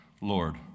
Lord